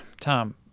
Tom